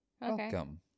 Welcome